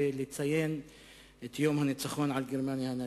לציין את יום הניצחון על גרמניה הנאצית.